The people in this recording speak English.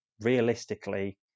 realistically